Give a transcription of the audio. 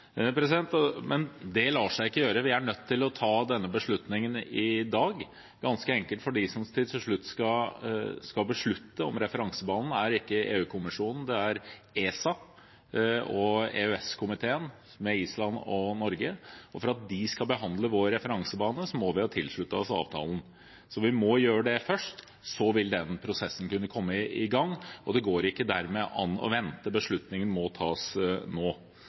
Det lar seg ikke gjøre. Vi er nødt til å ta denne beslutningen i dag, ganske enkelt fordi at de som til slutt skal beslutte om referansebanen, ikke er EU-kommisjonen, men ESA og EØS-komiteen med Island og Norge. For at de skal behandle vår referansebane, må vi ha tilsluttet oss avtalen. Vi må gjøre det først, og så vil den prosessen kunne komme i gang. Det går dermed ikke an å vente. Beslutningen må tas nå.